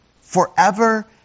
forever